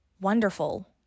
wonderful